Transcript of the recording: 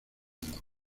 mundo